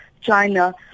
China